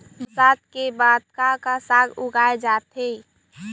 बरसात के बाद का का साग उगाए जाथे सकत हे?